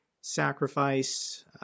sacrifice